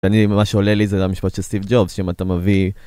אני, מה שעולה לי זה המשפט של סטיב ג'ובס, שאם אתה מביא...